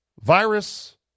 Virus